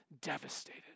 devastated